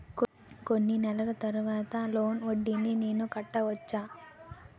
కొన్ని నెలల తర్వాత లోన్ వడ్డీని నేను కట్టవచ్చా?